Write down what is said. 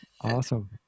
awesome